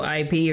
ip